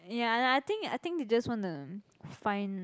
ya and I think I think they just wanna find